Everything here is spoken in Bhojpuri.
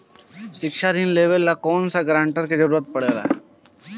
शिक्षा ऋण लेवेला कौनों गारंटर के जरुरत पड़ी का?